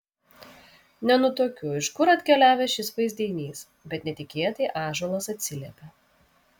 nenutuokiu iš kur atkeliavęs šis vaizdinys bet netikėtai ąžuolas atsiliepia